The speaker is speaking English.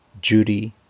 Judy